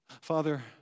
Father